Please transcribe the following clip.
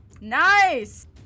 Nice